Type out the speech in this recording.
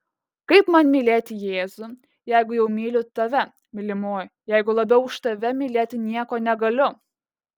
kaip man mylėti jėzų jeigu jau myliu tave mylimoji jeigu labiau už tave mylėti nieko negaliu